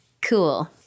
Cool